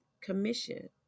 commission